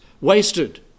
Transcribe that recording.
wasted